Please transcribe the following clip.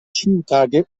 ĉiutage